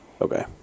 Okay